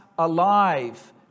Alive